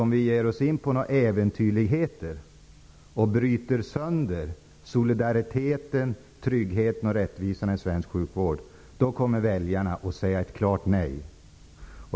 Om vi ger oss in på äventyrligheter och bryter sönder solidariteten, tryggheten och rättvisan i svensk sjukvård, då kommer väljarna att säga ett klart nej.